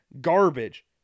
garbage